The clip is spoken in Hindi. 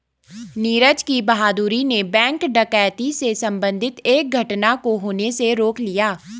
नीरज की बहादूरी ने बैंक डकैती से संबंधित एक घटना को होने से रोक लिया